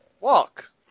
walk